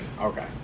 Okay